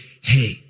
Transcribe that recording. hey